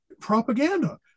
propaganda